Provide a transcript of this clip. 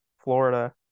Florida